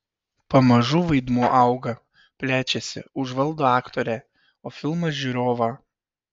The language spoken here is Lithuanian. pamažu vaidmuo auga plečiasi užvaldo aktorę o filmas žiūrovą